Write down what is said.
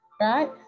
Right